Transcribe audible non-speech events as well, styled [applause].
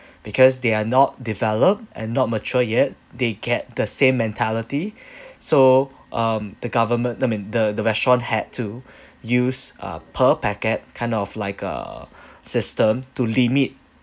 because they are not developed and not mature yet they get the same mentality [breath] so um the government I mean the the restaurant had to [breath] use a per packet kind of like a [breath] system to limit